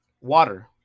water